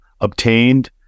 obtained